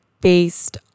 based